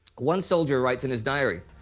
one soldier writes in his diary,